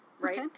Right